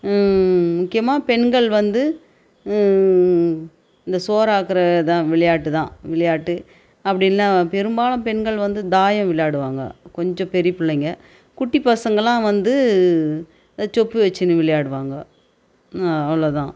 முக்கியமாக பெண்கள் வந்து இந்த சோறு ஆக்குறது தான் விளையாட்டு தான் விளையாட்டு அப்படி இல்லைன்னா பெரும்பாலும் பெண்கள் வந்து தாயம் விளையாடுவாங்க கொஞ்சம் பெரிய பிள்ளைங்க குட்டி பசங்கெல்லாம் வந்து அந்த சொப்பு வச்சுன்னு விளையாடுவாங்க அவ்வளோ தான்